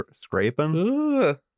scraping